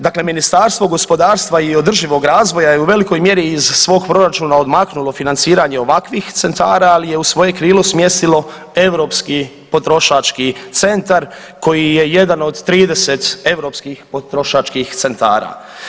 Dakle, Ministarstvo gospodarstva i održivog razvoja je u velikoj mjeri iz svog proračuna odmaknulo financiranje ovakvih centara, ali je u svoje krilo smjestilo europski potrošački centar koji je jedan od 30 europskih potrošačkih centara.